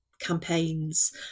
campaigns